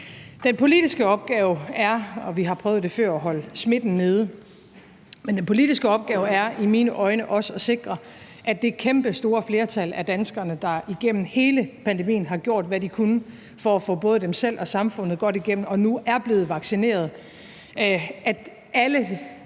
Den politiske opgave er, og vi har prøvet det før, at holde smitten nede, men den politiske opgave er i mine øjne også at sikre, at det kæmpestore flertal af danskerne – alle de, alle I – der gennem hele pandemien har gjort, hvad de kunne for at få både dem selv og samfundet godt igennem, og nu er blevet vaccineret, kommer